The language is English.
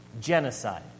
genocide